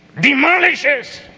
demolishes